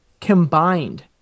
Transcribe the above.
combined